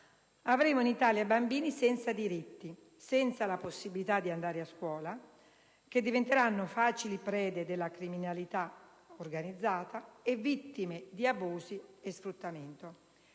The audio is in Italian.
avremo in Italia bambini senza diritti, senza la possibilità di andare a scuola, che diventeranno facili prede della criminalità organizzata e vittime di abusi e sfruttamento.